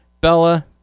Bella